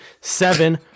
Seven